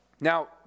Now